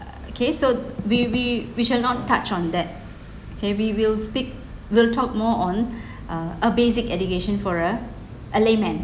okay so we we shall not touch on that okay we will speak we'll talk more on uh a basic education for a a layman